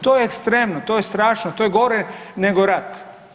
To je ekstremno, to je strašno, to je gore nego rat.